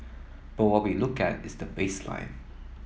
but what we look at is the baseline